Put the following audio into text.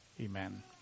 Amen